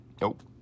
nope